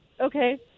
Okay